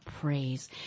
praise